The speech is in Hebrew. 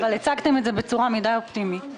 אבל הצגתם את זה בצורה מדי אופטימית.